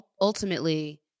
ultimately